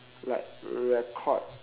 like record